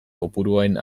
kopuruen